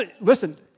Listen